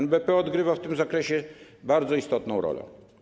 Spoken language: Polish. NBP odgrywa w tym zakresie bardzo istotną rolę.